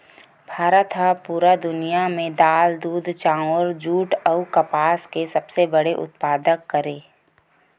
भारत हा पूरा दुनिया में दाल, दूध, चाउर, जुट अउ कपास के सबसे बड़े उत्पादक हरे